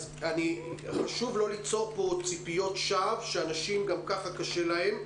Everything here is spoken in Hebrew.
אז חשוב לא ליצור פה ציפיות שווא כי אנשים גם ככה קשה להם.